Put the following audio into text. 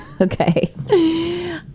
Okay